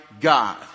God